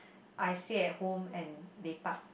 I stay at home and lepak